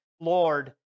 Lord